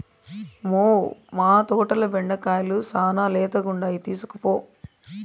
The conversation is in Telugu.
మ్మౌ, మా తోటల బెండకాయలు శానా లేతగుండాయి తీస్కోపో